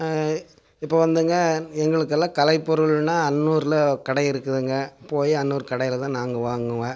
இப்போது வந்துங்க எங்களுக்கெல்லாம் கலைப்பொருள்னால் அன்னூர்ல கடை இருக்குதுங்க போய் அன்னூர் கடையில தான் நாங்கள் வாங்குவேன்